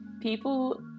People